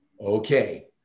Okay